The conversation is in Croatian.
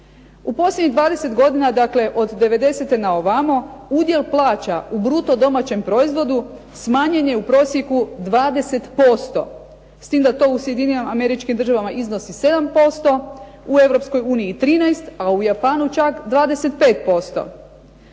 U posljednjih 20 godina, dakle od devedesete na ovamo udjel plaća u bruto domaćem proizvodu smanjen je u prosjeku 20% s tim da to u Sjedinjenim Američkim Državama